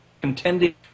contending